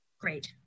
great